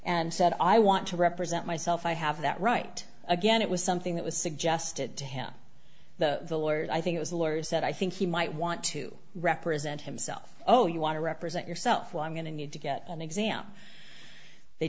and said i want to represent myself i have that right again it was something that was suggested to him the lawyers i think it was lawyers that i think he might want to represent himself oh you want to represent yourself well i'm going to need to get an exam they